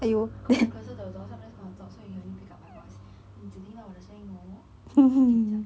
because I'm closer to the door so I'm just going to talk so you can only pick up my voice 你只听到我的声音哦 okay 你讲